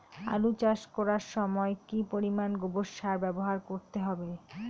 আলু চাষ করার সময় কি পরিমাণ গোবর সার ব্যবহার করতে হবে?